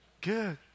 Good